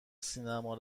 سینما